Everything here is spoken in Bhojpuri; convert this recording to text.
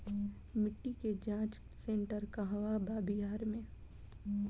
मिटी के जाच सेन्टर कहवा बा बिहार में?